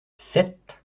sept